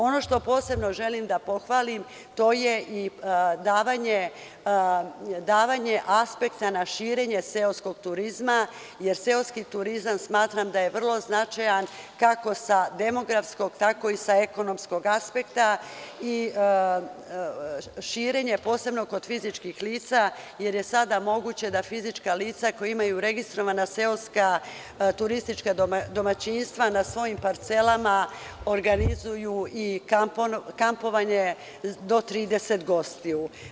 Ono što posebno želim da pohvalim, to je i davanje aspekta na širenje seoskog turizma, jer seoski turizam smatram da je vrlo značajan, kako sa demografskog, tako i sa ekonomskog aspekta i širenje, posebno kod fizičkih lica, jer je sada moguće da fizička lica koja imaju registrovana seoska turistička domaćinstva na svojim parcelama, organizuju i kampovanje do 30 gostiju.